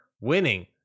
winning